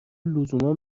لزوما